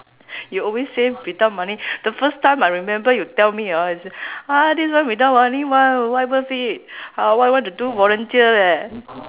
you always say without money the first time I remember you tell me orh you say ah this one without money [one] not worth it ah what I want to do volunteer eh